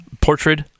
portrait